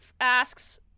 asks